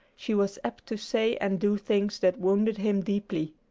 she was apt to say and do things that wounded him deeply.